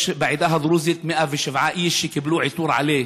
יש בעדה הדרוזית 107 איש שקיבלו עיטור על"ה